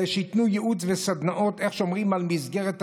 שייתנו ייעוץ וסדנאות איך שומרים על מסגרת התקציב.